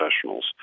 professionals